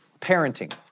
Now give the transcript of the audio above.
parenting